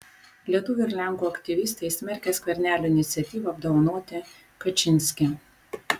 lietuvių ir lenkų aktyvistai smerkia skvernelio iniciatyvą apdovanoti kačynskį